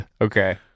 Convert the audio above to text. Okay